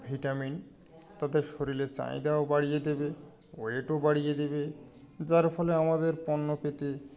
vitamin তাদের শরীরে চাহিদাও বাড়িয়ে দেবে ওয়েটও বাড়িয়ে দেবে যার ফলে আমাদের পণ্য পেতে